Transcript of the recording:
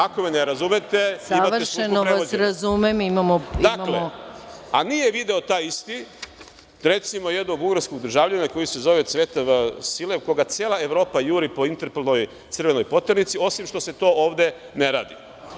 Ako me ne razumete, imate službu prevođenja. (Predsednik: Savršeno vas razumem.) Dakle, a nije video taj isti, recimo, jednog bugarskog državljanina koji se zove Cvetev Silev, koga cela Evropa juri po Interpolovoj crvenoj poternici, osim što se to ovde ne radi.